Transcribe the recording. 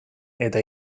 eta